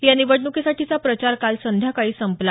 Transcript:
या निवडणूकीसाठीचा प्रचार काल संध्याकाळी संपला